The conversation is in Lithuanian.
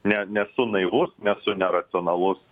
ne nesu naivus nesu neracionalus